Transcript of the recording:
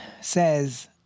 says